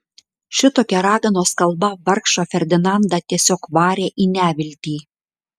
šitokia raganos kalba vargšą ferdinandą tiesiog varė į neviltį